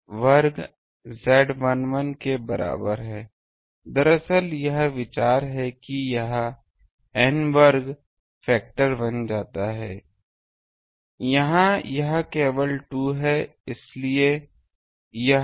अब अंतिम रूप से n तत्व मामले के लिए कृपया ध्यान दें ऐसा होता है कि जो वोल्टेज उस पार संचालित होगा उसे V बाय N लिखा जा सकता है N 1 से N Iin Zin के बराबर है इसका मतलब वास्तव यह है अगर हमारे पास बहुत सारे ड्राइवर हैं तो यह I1 Z11 plus I2 Z12 plus I3 Z13 आदि होगा क्योंकि तत्व बहुत निकट हैं तो हम कह सकते हैं कि s में सब समान होंगे और Z1 में Z11 के बराबर होगा